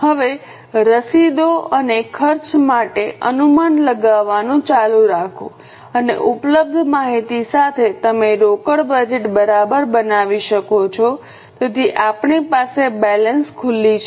હવે રસીદો અને ખર્ચ માટે અનુમાન લગાવવાનું ચાલુ રાખો અને ઉપલબ્ધ માહિતી સાથે તમે રોકડ બજેટ બરાબર બનાવી શકો છો તેથી આપણી પાસે બેલેન્સ ખુલી છે